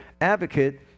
advocate